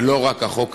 ולא רק החוק הזה.